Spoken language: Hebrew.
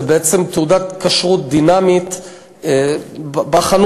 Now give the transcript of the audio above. שזה תעודת כשרות דינמית בחנות.